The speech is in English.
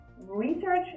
Research